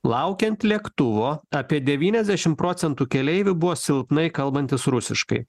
laukiant lėktuvo apie devyniasdešimt procentų keleivių buvo silpnai kalbantys rusiškai